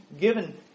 given